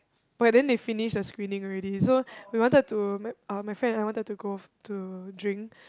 but then they finished the screening already so we wanted to my uh my friend and I wanted to go to drink